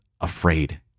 afraid